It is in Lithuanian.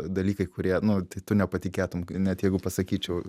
dalykai kurie nu tai tu nepatikėtum net jeigu pasakyčiau